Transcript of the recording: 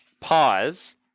pause